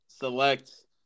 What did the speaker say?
Select